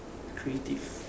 creative